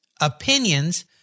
opinions